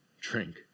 drink